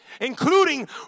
including